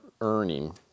earning